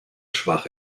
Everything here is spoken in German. schwach